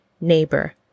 neighbor